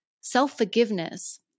Self-forgiveness